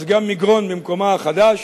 אז גם מגרון במקומה החדש